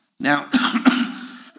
Now